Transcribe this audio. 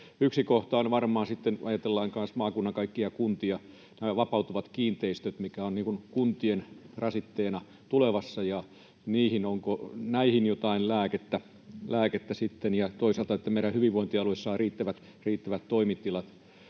Yksi kohta on varmaan sitten, kun ajatellaan maakunnan kaikkia kuntia, vapautuvat kiinteistöt, mikä on kuntien rasitteena tulevassa, ja onko näihin jotain lääkettä sitten, ja toisaalta se, että meidän hyvinvointialue saa riittävät toimitilat.